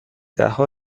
دهها